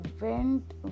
went